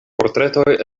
portretoj